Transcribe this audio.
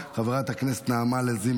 חברת הכנסת נעמה לזימי,